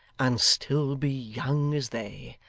and still be young as they.